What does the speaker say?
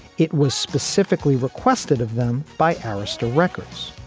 it was specifically requested of them by arista records.